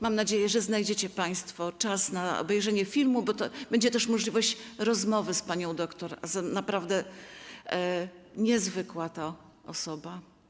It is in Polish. Mam nadzieję, że znajdziecie państwo czas na obejrzenie filmu, bo będzie też możliwość rozmowy z panią doktor, a naprawdę niezwykła to osoba.